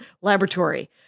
laboratory